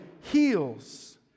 heals